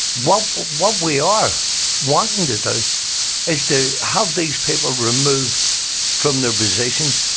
what what we are wanting to do is to have these people removed from their positions,